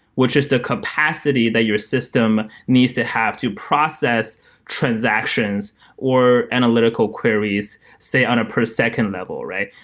which is the capacity that your system needs to have to process transactions or analytical queries, say, on a per second level, right?